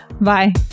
Bye